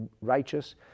righteous